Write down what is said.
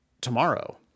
tomorrow